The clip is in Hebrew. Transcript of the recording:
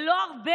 זה לא הרבה.